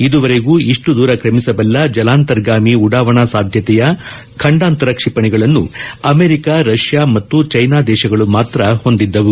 ಇದುವರೆಗೂ ಇಷ್ಟು ದೂರ ಕ್ರಮಿಸಬಲ್ಲ ಜಲಾಂತರ್ಗಾಮಿ ಉಡಾವಣಾ ಸಾಧ್ಯತೆಯ ಖಂಡಾಂತರ ಕ್ಷಿಪಣಿಗಳನ್ನು ಅಮೆರಿಕಾ ರಷ್ಯಾ ಮತ್ತು ಚೀನಾ ದೇಶಗಳು ಮಾತ್ರ ಹೊಂದಿದ್ದವು